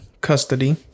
custody